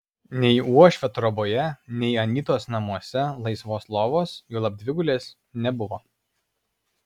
nei uošvio troboje nei anytos namuose laisvos lovos juolab dvigulės nebuvo